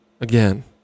Again